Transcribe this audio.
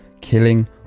killing